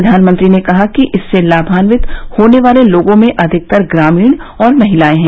प्रधानमंत्री ने कहा कि इससे लाभान्वित होने वाले लोगों में अधिकतर ग्रामीण और महिलाएं हैं